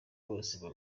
bose